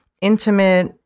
intimate